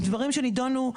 אלו דברים שנידונו,